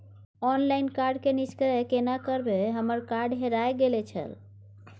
Online card के निष्क्रिय केना करबै हमर कार्ड हेराय गेल छल?